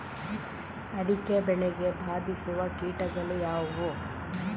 ಅಡಿಕೆ ಬೆಳೆಗೆ ಬಾಧಿಸುವ ಕೀಟಗಳು ಯಾವುವು?